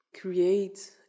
create